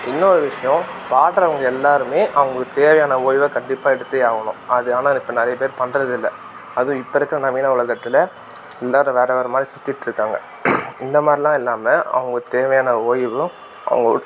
இன்னும் ஒரு விஷயோம் பாடறவங்க எல்லோருமே அவங்களுக்கு தேவையான ஓய்வை கண்டிப்பாக எடுத்தே ஆகணும் அது ஆனால் இப்போ நிறைய பேர் பண்ணுறதுல்ல அதுவும் இப்போ இருக்கற நவீன உலகத்துல எல்லோரும் வேறு வேறு மாதிரி சுற்றிட்டுருக்காங்க இந்த மாதிரிலாம் இல்லாமல் அவங்க தேவையான ஓய்வும் அவங்க